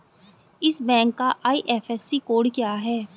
इस बैंक का IFSC code क्या है?